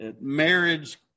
marriage